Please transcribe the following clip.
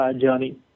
journey